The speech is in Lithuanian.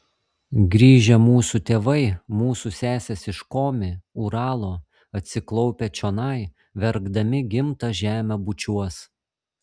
grįžę mūsų tėvai mūsų sesės iš komi uralo atsiklaupę čionai verkdami gimtą žemę bučiuos